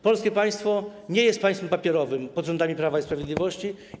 Polskie państwo nie jest państwem papierowym pod rządami Prawa i Sprawiedliwości.